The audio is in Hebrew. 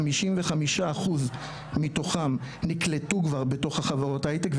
55% מתוכם נקלטו כבר בתוך חברות ההייטק,